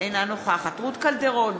אינה נוכחת רות קלדרון,